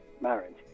marriage